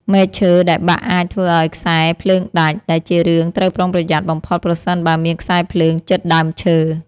មែកឈើដែលបាក់អាចធ្វើឱ្យខ្សែភ្លើងដាច់ ដែលជារឿងត្រូវប្រុងប្រយ័ត្នបំផុតប្រសិនបើមានខ្សែភ្លើងជិតដើមឈើ។